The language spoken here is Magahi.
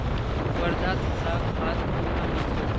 वर्धात हरा खाद कुहाँ मिल छेक